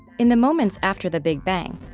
in the moments after the big bang,